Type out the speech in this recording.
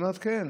אומרת: כן.